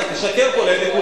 אני מוכן להיחקר על זה,